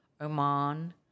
Oman